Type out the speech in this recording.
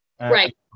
Right